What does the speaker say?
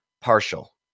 partial